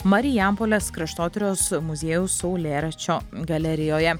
marijampolės kraštotyros muziejaus saulėračio galerijoje